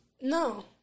No